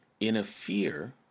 interfere